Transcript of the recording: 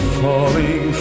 falling